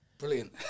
Brilliant